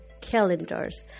calendars